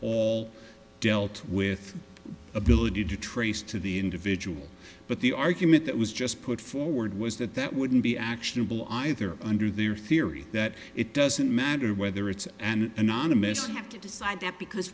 all dealt with ability to trace to the individual but the argument that was just put forward was that that wouldn't be actionable either under their theory that it doesn't matter whether it's an anonymous ha